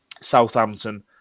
Southampton